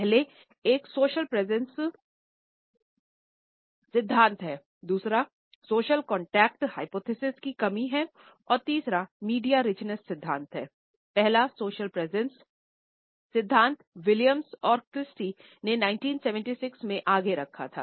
पहले एक social presence ने 1976 में आगे रखा था